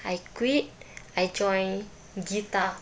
I quit I join guitar